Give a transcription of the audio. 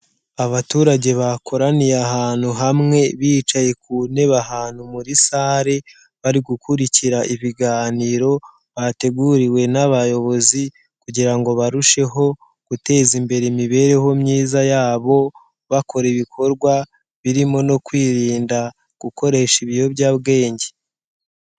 Abaturage bakoraniye ahantu hamwe, bicaye ku ntebe ahantu muri sale, bari gukurikira ibiganiro bateguriwe n'abayobozi, kugira ngo barusheho guteza imbere imibereho myiza yabo, bakora ibikorwa birimo no kwirinda gukoresha ibiyobyabwenge.